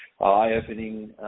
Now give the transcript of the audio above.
eye-opening